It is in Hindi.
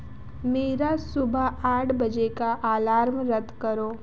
मेरा सुबह आठ बजे का आलार्म रद्द करो